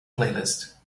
playlist